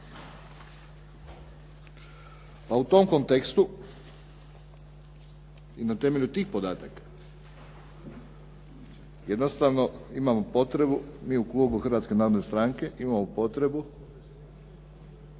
A u tom kontekstu i na temelju tih podataka jednostavno imamo potrebu mi u klubu Hrvatske narodne stranke imamo potrebu